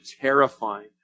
terrifying